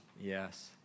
Yes